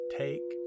take